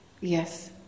yes